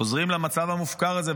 חוזרים למצב המופקר הזה,